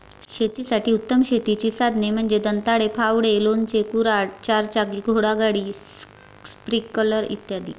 शेतासाठी उत्तम शेतीची साधने म्हणजे दंताळे, फावडे, लोणचे, कुऱ्हाड, चारचाकी घोडागाडी, स्प्रिंकलर इ